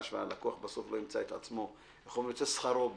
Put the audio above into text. ושהלקוח בסוף לא ימצא שיוצא שכרו בהפסדו.